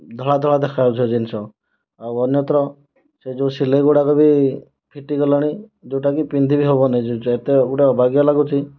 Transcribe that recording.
ଧଳା ଧଳା ଦେଖା ଯାଉଛି ସେ ଜିନିଷ ଆଉ ଅନ୍ୟତ୍ର ସେ ଯେଉଁ ସିଲେଇ ଗୁଡ଼ାକ ବି ଫିଟିଗଲାଣି ଯେଉଁଟାକି ପିନ୍ଧି ବି ହବନି ଏତେ ଗୁଡ଼ା ଅବାଗିଆ ଲାଗୁଛି